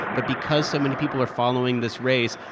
but because so many people are following this race,